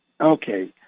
Okay